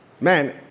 man